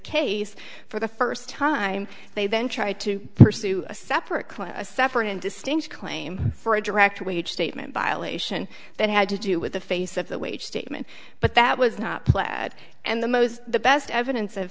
case for the first time they then tried to pursue a separate class a separate and distinct claim for a direct wage statement violation that had to do with the face of the wage statement but that was not plaid and the most the best evidence of